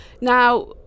Now